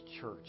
church